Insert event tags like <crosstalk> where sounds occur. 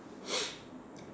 <noise>